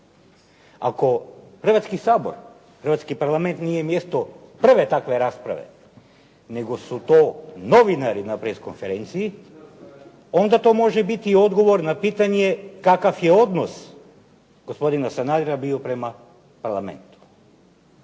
Ako Hrvatski sabor, hrvatski parlament nije mjesto prve takve rasprave, nego su to novinari na press konferenciji onda to može biti i odgovor na pitanje kakav je odnos gospodina Sanadera bio prema Parlamentu.